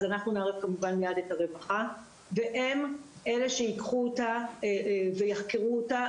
אז אנחנו נערב מיד כמובן את הרווחה והם אלה שייקחו אותה ויחקרו אותה,